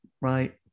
Right